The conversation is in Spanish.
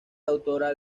autora